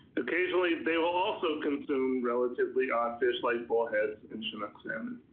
occasionally they will also consume relatively all fish like bullheads and chinook salmon.